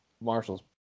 Marshall's